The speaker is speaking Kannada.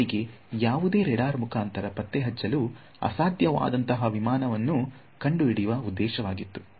ಅವರಿಗೆ ಯಾವುದೇ ರೆಡರ್ ಮುಖಾಂತರ ಪತ್ತೆಹಚ್ಚಲು ಅಸಾಧ್ಯವಾದಂತಹ ವಿಮಾನವನ್ನು ಕಂಡುಹಿಡಿಯುವ ಉದ್ದೇಶವಿತ್ತು